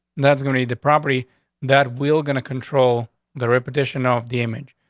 that's gonna be the property that we'll going to control the repetition off the image.